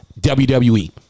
wwe